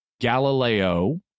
Galileo